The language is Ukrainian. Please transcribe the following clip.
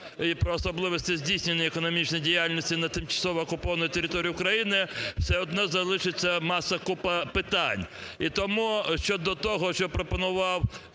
та про особливості здійснення економічної діяльності на тимчасово окупованій території України", все одно залишиться маса, купа питань. І тому щодо того, що пропонував